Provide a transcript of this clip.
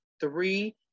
three